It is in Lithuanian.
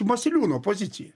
masiliūno poziciją